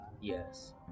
Yes